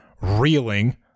reeling